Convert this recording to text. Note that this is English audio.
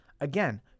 Again